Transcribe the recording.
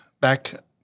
back